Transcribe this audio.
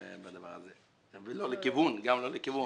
גם לא לכיוון.